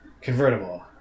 Convertible